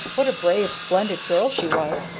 what a brave, splendid girl she was,